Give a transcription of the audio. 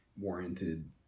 warranted